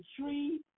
tree